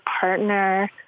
partner